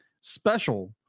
special